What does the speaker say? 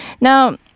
Now